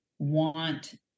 want